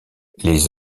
les